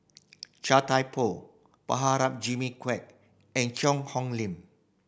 Chia Thye Poh Prabhakara Jimmy Quek and Cheang Hong Lim